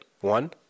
one